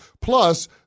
Plus